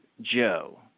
Joe